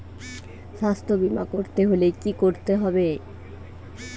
স্বাস্থ্যবীমা করতে হলে কি করতে হবে?